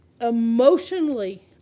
Emotionally